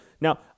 Now